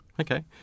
Okay